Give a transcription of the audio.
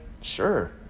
sure